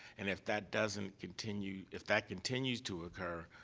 and if that doesn't continue if that continues to occur,